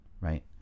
Right